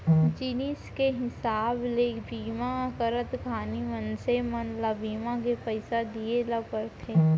जिनिस के हिसाब ले बीमा करत घानी मनसे मन ल बीमा के पइसा दिये ल परथे